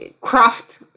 craft